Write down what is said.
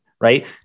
right